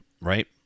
right